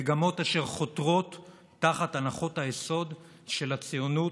מגמות אשר חותרות תחת הנחות היסוד של הציונות,